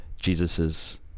Jesus's